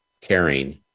caring